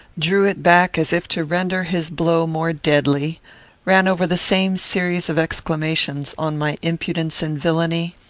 drew it back as if to render his blow more deadly ran over the same series of exclamations on my impudence and villany,